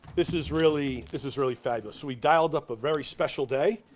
this is really, this is really fabulous. we dialed up a very special day.